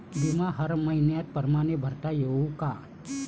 बिमा हर मइन्या परमाने भरता येऊन का?